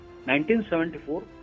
1974